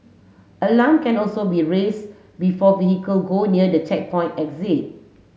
alarm can also be raise before vehicle go near the checkpoint exit